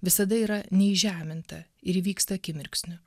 visada yra neįžeminta ir įvyksta akimirksniu